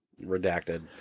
Redacted